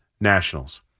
Nationals